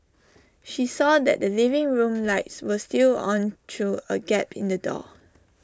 she saw that the living room lights were still on through A gap in the door